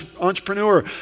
entrepreneur